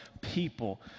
people